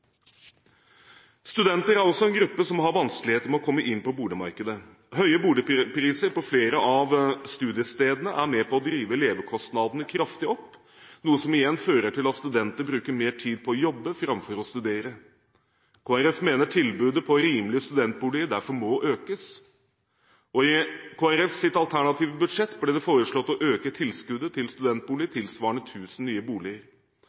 Studenter er også en gruppe som har vanskeligheter med å komme inn på boligmarkedet. Høye boligpriser på flere av studiestedene er med på å drive levekostnadene kraftig opp, noe som igjen fører til at studenter bruker mer tid på å jobbe framfor å studere. Kristelig Folkeparti mener tilbudet på rimelige studentboliger derfor må økes, og i Kristelig Folkepartis alternative budsjett ble det foreslått å øke tilskuddet til studentboliger tilsvarende 1 000 nye boliger.